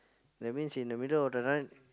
that means in the middle of the night